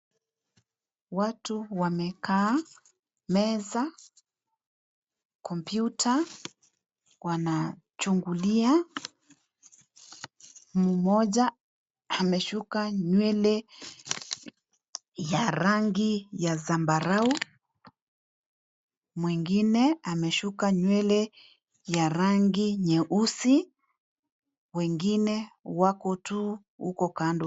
Watu wamekaa meza, kompyuta wanajungulia mmoja ameshuka nywele ya rangi ya zambarau , mwingine ameshuka nywele ya rangi nyeusi wengine wako tu huku kando.